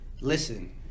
listen